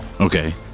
Okay